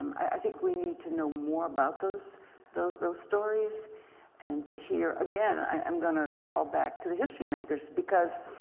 i think we need to know more about those those stories and to hear again i'm going to call back to the history makers because